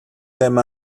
them